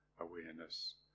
awareness